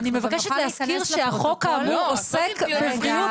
-- אני מבקשת להזכיר שהחוק אמור עוסק בבריאות